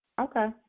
Okay